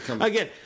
Again